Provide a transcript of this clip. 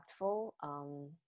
impactful